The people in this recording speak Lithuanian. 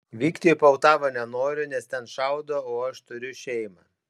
vykti į poltavą nenoriu nes ten šaudo o aš turiu šeimą